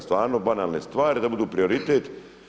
Stvarno banalne stvari da budu prioritet.